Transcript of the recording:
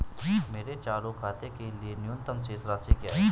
मेरे चालू खाते के लिए न्यूनतम शेष राशि क्या है?